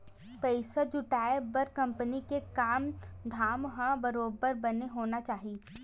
पइसा जुटाय बर कंपनी के काम धाम ह बरोबर बने होना चाही